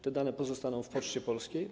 Te dane pozostaną w Poczcie Polskiej.